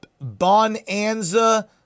Bonanza